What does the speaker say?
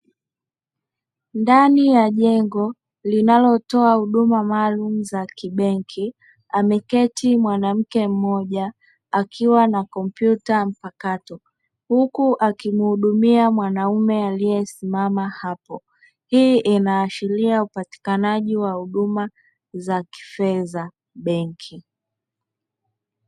Ndani ya jengo linalotoa huduma maalumu za kibenki ameketi mwanamke mmoja akiwa na kompyuta mpakato huku akimuhudumia mwanaume aliyesimama hapo. Hii inaashiria upatikanaji wa huduma za kifedha benki.